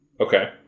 Okay